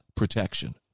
Protection